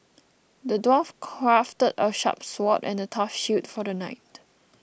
the dwarf crafted a sharp sword and a tough shield for the knight